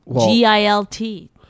G-I-L-T